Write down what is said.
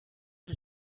the